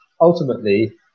ultimately